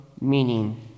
meaning